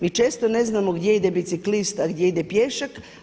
Mi često ne znam gdje ide biciklist a gdje ide pješak.